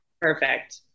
perfect